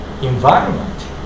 environment